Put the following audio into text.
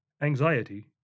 anxiety